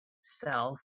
self